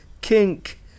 kink